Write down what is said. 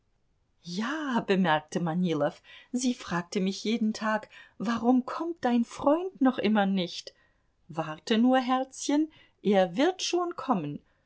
ja bemerkte manilow sie fragte mich jeden tag warum kommt dein freund noch immer nicht warte nur herzchen er wird schon kommen